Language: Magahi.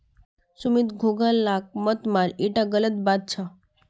सुमित घोंघा लाक मत मार ईटा गलत बात छ